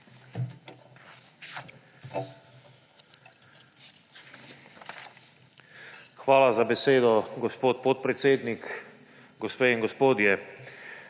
Hvala za besedo, gospod podpredsednik. Gospe in gospodje!